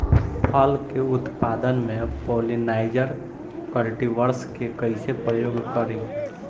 फल के उत्पादन मे पॉलिनाइजर कल्टीवर्स के कइसे प्रयोग करी?